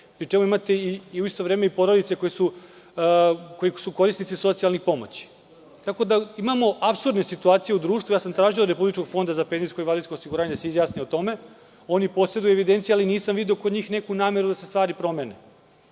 pri čemu imate u isto vreme i porodice koje su korisnici socijalnih pomoći. Imamo apsurdne situacije u društvu. Tražio sam od Republičkog fonda za penzijsko i invalidsko osiguranje da se izjasni o tome. Oni poseduju evidencije, ali nisam video kod njih neku nameru da se stvari promene.